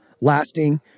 lasting